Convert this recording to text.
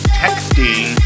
texting